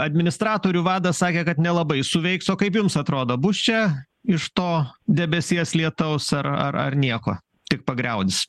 administratorių vadas sakė kad nelabai suveiks o kaip jums atrodo bus čia iš to debesies lietaus ar ar ar nieko tik pagriaudės